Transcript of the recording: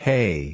Hey